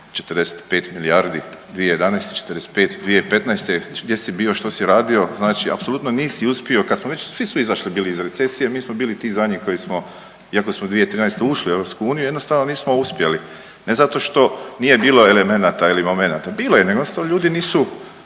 45 milijardi 2011., 45 - 2015. Gdje si bio, što si radio? Znači apsolutno nisi uspio kada su već svi izašli bili iz recesije, mi smo bili ti zadnji koji smo, iako smo 2013. ušli u Europsku uniju jednostavno nismo uspjeli ne zato što nije bilo elemenata ili momenata. Bilo je. Jednostavno ljudi nisu